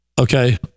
Okay